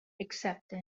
excepte